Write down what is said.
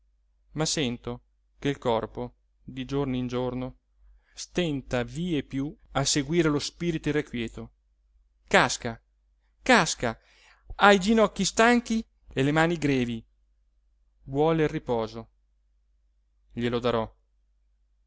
ma sento che il corpo di giorno in giorno stenta vie più a seguire lo spirito irrequieto casca casca ha i ginocchi stanchi e le mani grevi vuole il riposo glielo darò